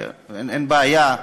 אין בעיה.